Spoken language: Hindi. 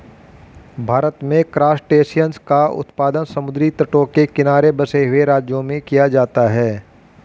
भारत में क्रासटेशियंस का उत्पादन समुद्री तटों के किनारे बसे हुए राज्यों में किया जाता है